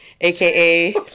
aka